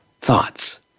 thoughts